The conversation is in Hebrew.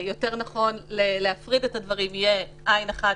יותר נכון להפריד את הדברים, תהיה עין אחת